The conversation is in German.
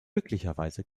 glücklicherweise